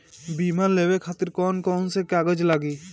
बीमा लेवे खातिर कौन कौन से कागज लगी?